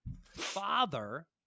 father